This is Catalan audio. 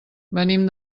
venim